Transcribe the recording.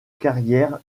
carrière